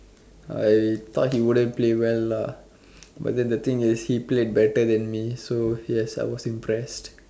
I thought he wouldn't play well lah but then the thing is he played better than me so yes I was impressed